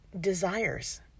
desires